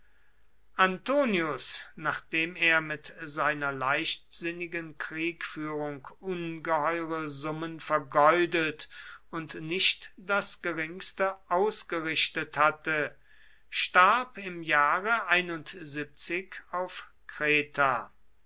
antonius nachdem er mit seiner leichtsinnigen kriegführung ungeheure summen vergeudet und nicht das geringste ausgerichtet hatte starb im jahre auf kreta